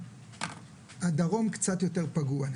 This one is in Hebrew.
הדרום קצת יותר פגוע.